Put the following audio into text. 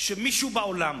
שמישהו בעולם,